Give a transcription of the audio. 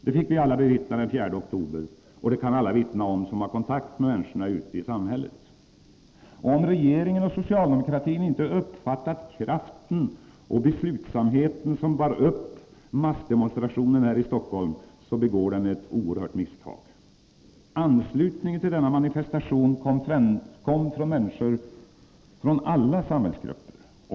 Det fick vi alla bevittna den 4 oktober, och det kan alla vittna om som har kontakt med människorna ute i samhället. Om regeringen och socialdemokratin inte uppfattat kraften och beslutsamheten, som bar upp massdemonstrationen här i Stockholm, begår de ett oerhört misstag. Anslutningen till denna manifestation kom från människor från alla samhällsgrupper.